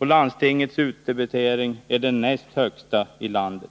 Landstingets utdebitering är den näst högsta i landet.